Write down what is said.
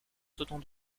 sautant